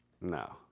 No